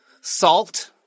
Salt